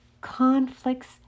conflicts